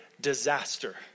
disaster